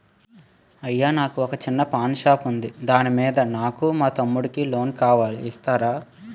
అయ్యా నాకు వొక చిన్న పాన్ షాప్ ఉంది దాని మీద నాకు మా తమ్ముడి కి లోన్ కావాలి ఇస్తారా?